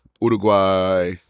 Uruguay